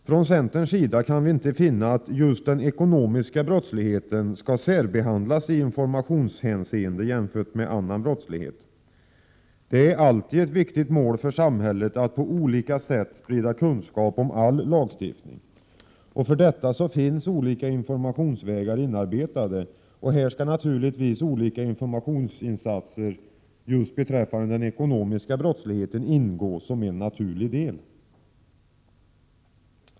Från centerns sida kan vi inte finna att just den ekonomiska brottsligheten skall särbehandlas i informationshänseende jämfört med annan brottslighet. Det är alltid ett viktigt mål för samhället att på olika sätt sprida kunskap om all lagstiftning. För detta finns olika informationsvägar inarbetade. Här skall naturligtvis skilda informationsinsatser just beträffande den ekonomiska brottsligheten ingå som en naturlig del.